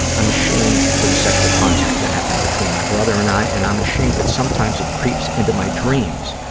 i'm i'm ashamed for the sexual contact that happened between my brother and i, and i'm ashamed that sometimes it creeps into my dreams.